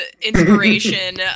inspiration